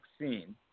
vaccine